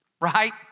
Right